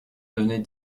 devenait